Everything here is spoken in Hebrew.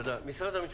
תודה רבה.